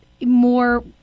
more